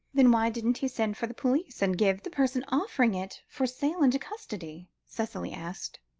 then why didn't he send for the police, and give the person offering it for sale into custody? cicely asked.